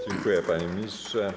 Dziękuję, panie ministrze.